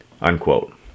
unquote